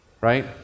right